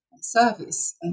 service